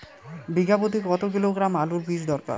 বিঘা প্রতি কত কিলোগ্রাম আলুর বীজ দরকার?